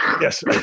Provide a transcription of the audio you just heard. Yes